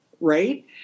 Right